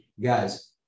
guys